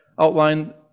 outline